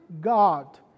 God